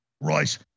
Royce